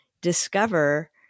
discover